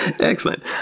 Excellent